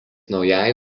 naujai